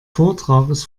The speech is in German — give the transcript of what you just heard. vortrages